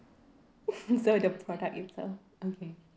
so the product user okay